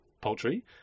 poultry